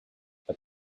but